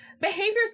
behaviors